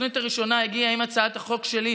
הסנונית הראשונה הגיעה עם הצעת החוק שלי,